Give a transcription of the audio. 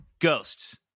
Ghosts